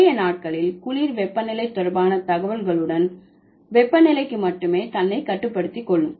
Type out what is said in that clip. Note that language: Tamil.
பழைய நாட்களில் குளிர் வெப்பநிலை தொடர்பான தகவல்களுடன் வெப்பநிலைக்கு மட்டுமே தன்னை கட்டுப்படுத்தி கொள்ளும்